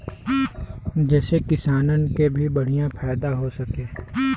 जेसे किसानन के भी बढ़िया फायदा हो सके